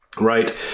right